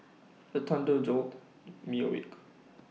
the thunder jolt me awake